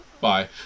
Bye